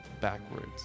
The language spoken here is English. backwards